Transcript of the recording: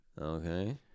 okay